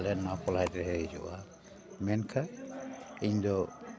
ᱟᱞᱮ ᱱᱚᱣᱟ ᱯᱚᱞᱟᱥᱰᱤᱦᱟ ᱨᱮ ᱦᱤᱡᱩᱜᱼᱟ ᱢᱮᱱᱠᱷᱟᱱ ᱤᱧ ᱫᱚ